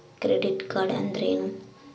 Credit card ಅಂದ್ರೇನು?